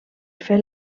fer